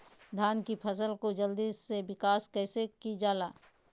धान की फसलें को जल्दी से विकास कैसी कि जाला?